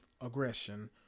aggression